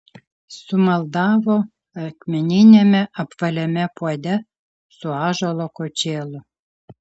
sumaldavo akmeniniame apvaliame puode su ąžuolo kočėlu